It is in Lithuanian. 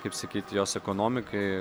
kaip sakyt jos ekonomikai